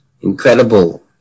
incredible